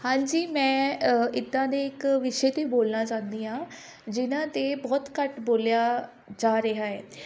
ਹਾਂਜੀ ਮੈਂ ਇੱਦਾਂ ਦੇ ਇੱਕ ਵਿਸ਼ੇ 'ਤੇ ਬੋਲਣਾ ਚਾਹੁੰਦੀ ਹਾਂ ਜਿਨ੍ਹਾਂ 'ਤੇ ਬਹੁਤ ਘੱਟ ਬੋਲਿਆ ਜਾ ਰਿਹਾ ਏ